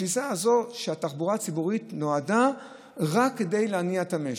התפיסה הזאת שהתחבורה הציבורית נועדה רק כדי להניע את המשק,